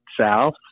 south